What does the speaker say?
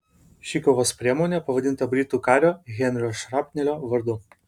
ši kovos priemonė pavadinta britų kario henrio šrapnelio vardu